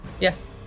yes